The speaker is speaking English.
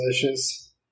delicious